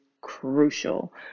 crucial